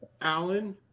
Allen